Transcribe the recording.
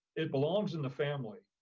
it belongs in the family.